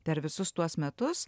per visus tuos metus